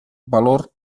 valor